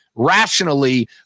rationally